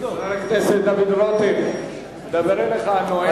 דוד רותם, מדבר אליך הנואם.